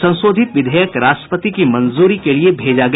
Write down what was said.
संशोधित विधेयक राष्ट्रपति की मंजूरी के लिए भेजा गया